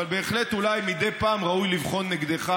אבל בהחלט אולי מדי פעם ראוי לבחון נגדך